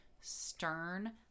stern